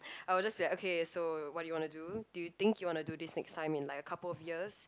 I will just be like okay so what do you wanna do do you think you wanna do this next time in like a couple of years